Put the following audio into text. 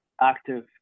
active